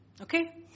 Okay